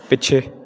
ਪਿੱਛੇ